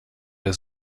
der